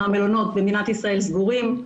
מהמלונות במדינת ישראל סגורים.